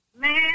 Man